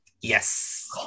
yes